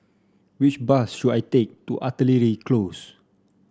which bus should I take to Artillery Close